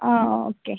ആ ഓക്കെ